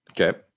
Okay